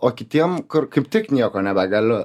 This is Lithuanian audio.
o kitiem kur kaip tik nieko nebegaliu